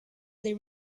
they